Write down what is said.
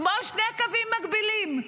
כמו שני קווים מקבילים,